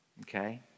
Okay